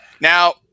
Now